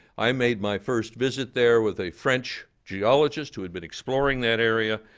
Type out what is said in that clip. i made my first visit there with a french geologist who had been exploring that area.